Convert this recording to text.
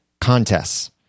Contests